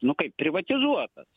nu kaip privatizuotas